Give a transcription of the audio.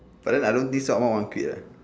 but then I don't think sort one want quit leh